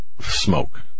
smoke